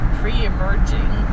pre-emerging